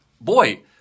boy